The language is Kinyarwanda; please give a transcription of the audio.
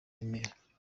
remera